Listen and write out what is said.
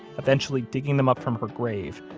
eventually digging them up from her grave,